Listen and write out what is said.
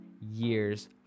years